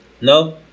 No